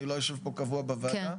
אני לא יושב פה קבוע בוועדה,